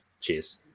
Cheers